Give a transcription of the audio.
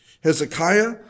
Hezekiah